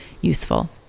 useful